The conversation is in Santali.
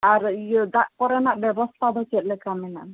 ᱟᱨ ᱫᱟᱜ ᱠᱚᱨᱮᱱᱟᱜ ᱵᱮᱵᱚᱥᱛᱟ ᱫᱚ ᱪᱮᱫ ᱞᱮᱠᱟ ᱢᱮᱱᱟᱜᱼᱟ